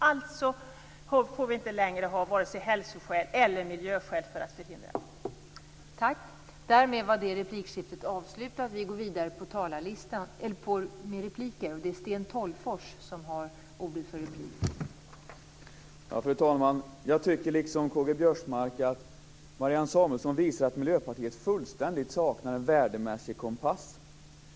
Alltså får vi inte längre ha vare sig hälsoskäl eller miljöskäl för att förhindra detta.